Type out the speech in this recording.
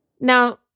Now